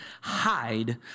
hide